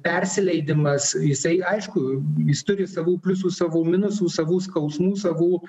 persileidimas jisai aišku jis turi savų pliusų savų minusų savų skausmų savų